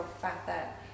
fat